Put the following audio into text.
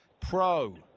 Pro